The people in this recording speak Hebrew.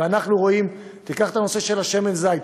ואנחנו רואים, תיקח את הנושא של שמן הזית.